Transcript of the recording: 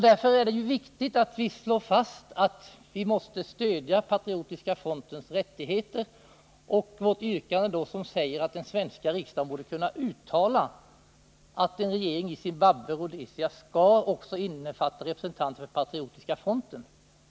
Därför är det viktigt att vi slår fast att vi måste stödja Patriotiska frontens rättigheter, och det borde alltså vara möjligt att bifalla vårt yrkande, som går ut på att den svenska riksdagen bör kunna uttala att en regering i Zimbabwe-Rhodesia också skall innefatta representanter för Patriotiska fronten.